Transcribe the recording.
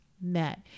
met